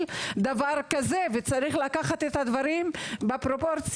דבר כזה וצריך לקחת את הדברים בפרופורציה.